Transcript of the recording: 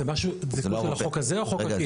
זה משהו של החוק הזה או חוק עקיף?